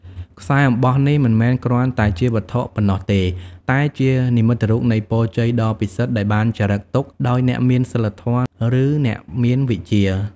ខ្សែអំបោះនេះមិនមែនគ្រាន់តែជាវត្ថុប៉ុណ្ណោះទេ តែជា និមិត្តរូបនៃពរជ័យដ៏ពិសិដ្ឋ ដែលបានចារឹកទុកដោយអ្នកមានសីលធម៌ ឬអ្នកមានវិជ្ជា។